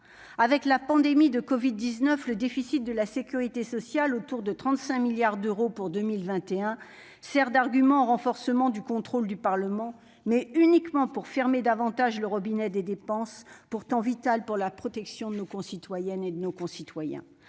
de la pandémie de covid-19, le déficit de la sécurité sociale, qui est de l'ordre de 35 milliards d'euros pour 2021, sert d'argument au renforcement du contrôle du Parlement. Il s'agit uniquement de fermer davantage le robinet des dépenses, pourtant vitales pour la protection de nos concitoyens. Alors que notre